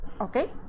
Okay